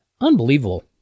Unbelievable